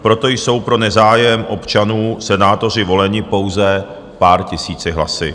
Proto jsou pro nezájem občanů senátoři voleni pouze pár tisíci hlasy.